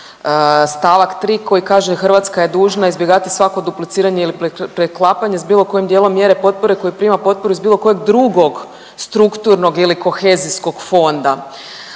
stavak 3. koji kaže Hrvatska je dužna izbjegavati svako dupliciranje ili preklapanje s bilo kojim dijelom mjere potpore koju prima potporu iz bilo kojeg drugog strukturnog ili kohezijskog fonda